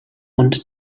und